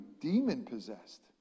demon-possessed